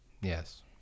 yes